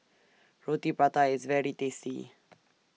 Roti Prata IS very tasty